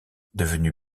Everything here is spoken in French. devenu